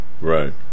Right